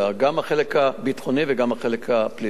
גם החלק הביטחוני וגם החלק הפלילי.